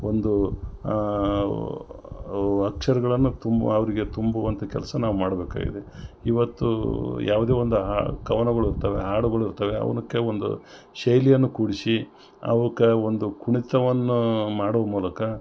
ಒಂದು ಅಕ್ಷರಗಳನ್ನು ತುಂಬುವ ಅವರಿಗೆ ತುಂಬವಂಥ ಕೆಲಸ ನಾವು ಮಾಡ್ಬೇಕಾಗಿದೆ ಇವತ್ತೂ ಯಾವುದೇ ಒಂದು ಹಾ ಕವನಗಳ್ ಇರ್ತವೆ ಹಾಡುಗಳ್ ಇರ್ತವೆ ಅವಕ್ಕೆ ಒಂದು ಶೈಲಿಯನ್ನು ಕೂಡಿಸಿ ಅವಕ್ಕೆ ಒಂದು ಕುಣಿತವನ್ನು ಮಾಡುವ ಮೂಲಕ